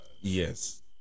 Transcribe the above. Yes